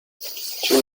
two